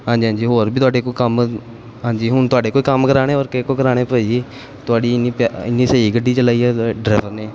ਹਾਂਜੀ ਹਾਂਜੀ ਹੋਰ ਵੀ ਤੁਹਾਡੇ ਕੋਲ ਕੰਮ ਹਾਂਜੀ ਹੁਣ ਤੁਹਾਡੇ ਕੋਲੋਂ ਕੰਮ ਕਰਵਾਉਣੇ ਹੋਰ ਕਿਸ ਕੋਲੋਂ ਕਰਵਾਉਣੇ ਭਾਅ ਜੀ ਤੁਹਾਡੀ ਇੰਨੀ ਪਿਆ ਇੰਨੀ ਸਹੀ ਗੱਡੀ ਚਲਾਈ ਹੈ ਡਰਾਈਵਰ ਨੇ